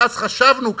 ואז חשבנו,